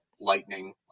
Lightning